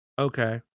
okay